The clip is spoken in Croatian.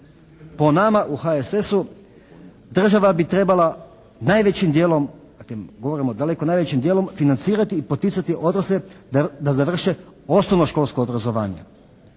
Po nama u HSS-u država bi trebala najvećim djelom, dakle govorim o daleko najvećim djelom financirati i poticati odrasle da završe osnovno školsko obrazovanje